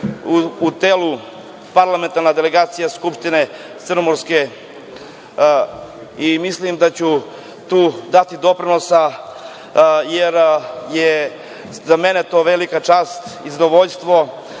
u telu Parlamentarna delegacija Skupštine crnomorske i mislim da ću tu dati doprinosa, jer je za mene to velika čast i zadovoljstvo